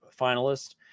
finalist